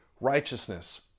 righteousness